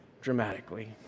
dramatically